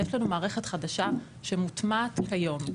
יש לנו מערכת חדשה שמוטמעת היום.